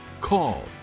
call